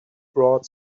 brought